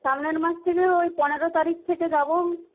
সামনের মাস থেকে ওই পনেরো তারিখ থেকে যাব